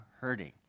hurting